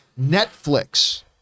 Netflix